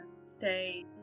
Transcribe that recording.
stay